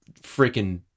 freaking